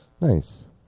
Nice